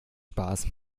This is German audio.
spaß